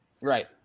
right